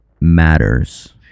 matters